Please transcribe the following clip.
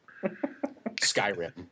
Skyrim